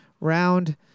round